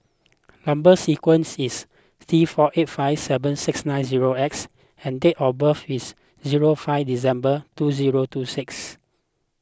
Number Sequence is T four eight five seven six nine zero X and date of birth is zero five December two zero two six